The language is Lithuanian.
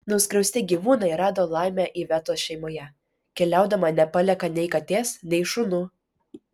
nuskriausti gyvūnai rado laimę ivetos šeimoje keliaudama nepalieka nei katės nei šunų